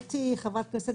אתה לא מכיר אותו.